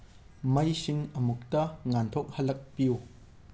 ꯃꯩꯁꯤꯡ ꯑꯃꯨꯛꯇ ꯉꯥꯟꯊꯣꯛꯍꯜꯂꯛꯄꯤꯌꯨ